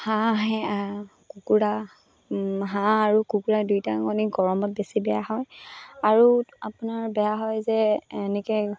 হাঁহে কুকুৰা হাঁহ আৰু কুকুৰা দুইটা গৰমত বেছি বেয়া হয় আৰু আপোনাৰ বেয়া হয় যে এনেকৈ